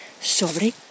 sobre